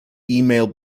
email